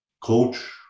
coach